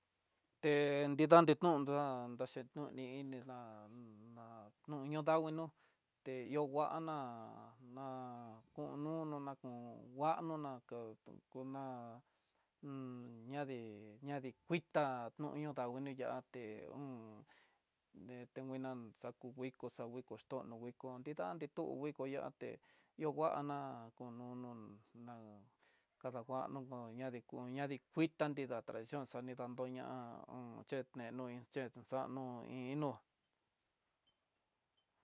Te nrida nituná naxhituni, inila la no ñoo danguii nó, te yo nguana ná kono na kon nguano na ka kutuná, ñade ñade kuitá no ño dangui nin yaté ne tena xaku nguiko xa nguiko tonó nguiko nrida nitú nguiko yaté, yonguana konono na kadanguano no ñadi, ñadi kuita nidaxión xani dandoña'a un cheneno iin che'é xanó iin iin nó.